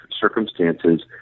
circumstances